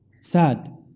Sad